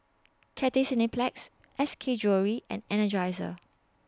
Cathay Cineplex S K Jewellery and Energizer